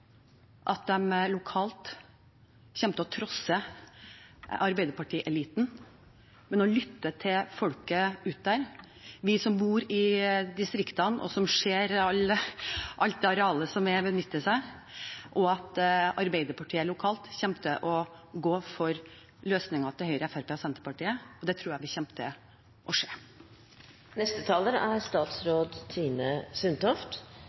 at de lokalt kommer til å trosse arbeiderpartieliten og lytte til folket der ute – vi som bor i distriktene og som ser alt det arealet som er å benytte seg av – og at de kommer til å gå for løsningen til Høyre, Fremskrittspartiet og Senterpartiet. Det tror jeg vi kommer til å få se. Det viktige for regjeringen i denne saken er